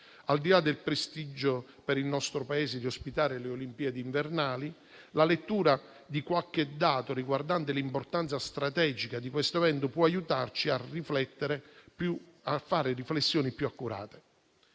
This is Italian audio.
Al di là del prestigio per il nostro Paese di ospitare le Olimpiadi invernali, la lettura di qualche dato riguardante l'importanza strategica di questo evento può aiutarci a fare riflessioni più accurate.